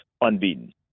unbeaten